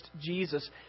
Jesus